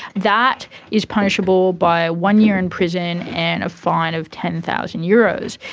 that is punishable by one year in prison and a fine of ten thousand euros.